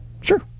sure